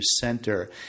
center